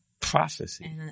prophecy